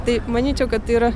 tai manyčiau kad tai yra